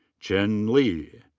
chen li.